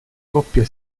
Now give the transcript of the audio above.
coppia